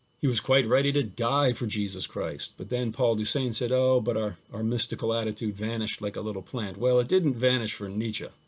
he was quite ready to die for jesus christ, but then paul deussen said, oh but our our mystical attitude vanished like a little plant. well, it didn't vanish for nietzsche,